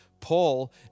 Paul